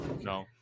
no